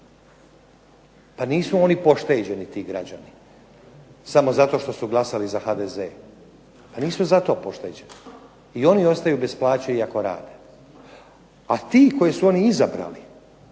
Pa nisu oni pošteđeni ti građani samo zato što su glasali za HDZ, pa nisu zato pošteđeni. I oni ostaju bez plaće iako rade, a ti koje su oni izabrali